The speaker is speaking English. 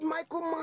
Michael